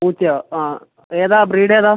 പൂച്ചയോ ആ ഏതാണ് ബ്രീഡ് ഏതാണ്